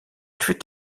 fut